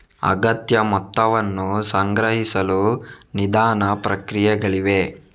ಅಗತ್ಯ ಮೊತ್ತವನ್ನು ಸಂಗ್ರಹಿಸಲು ನಿಧಾನ ಪ್ರಕ್ರಿಯೆಗಳಿವೆ